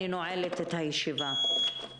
אני נועלת את הישיבה.